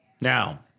Now